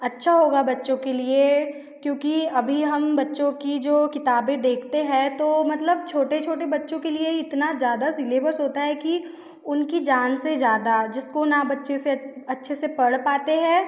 अच्छा होगा बच्चों के लिए क्योंकि अभी हम बच्चों कि जो किताबें देखते हैं तो मतलब छोटे छोटे बच्चों के लिए इतना ज़्यादा सिलेबस होता है कि उनकी जान से ज़्यादा जिसको ना बच्चे से अच् अच्छे से पढ़ पाते हैं